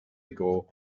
ago